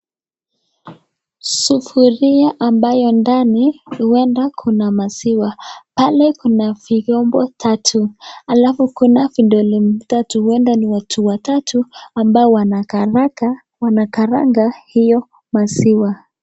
Sufuria ambayo ndani huenda kuna maziwa. Pale kuna vyombo tatu. Halafu kuna vidole tatu, huenda ni watu watatu ambao wanakaranga hiyo maziwa.